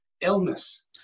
illness